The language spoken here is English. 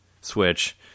Switch